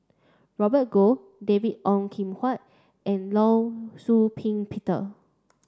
Robert Goh David Ong Kim Huat and Law Shau Ping Peter